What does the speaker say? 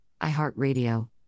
iHeartRadio